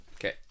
Okay